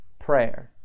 prayer